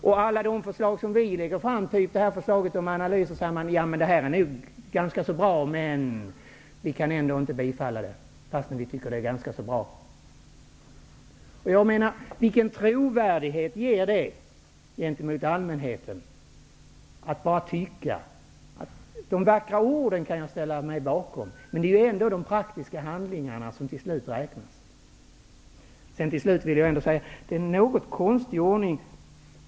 Om alla förslag som vi lägger fram, t.ex. förslaget om en analys, säger man: Det här förslaget är ganska bra, men vi kan ändå inte bifalla det. Vilken trovärdighet skapas därmed hos allmänheten? Det är blir ju bara ett tyckande. De vackra orden kan jag instämma i. Men det är det som i praktiken sker som slutligen räknas. Det är en något konstig ordning här.